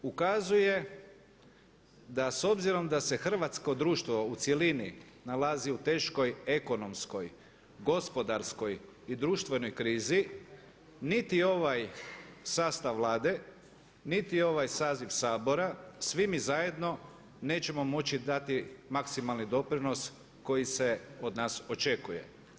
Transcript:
Ukazuje da s obzirom da se hrvatsko društvo u cjelini nalazi u teškoj ekonomskoj, gospodarskoj i društvenoj krizi niti ovaj sastav Vlade, niti ovaj saziv Sabora svi mi zajedno nećemo moći dati maksimalni doprinos koji se od nas očekuje.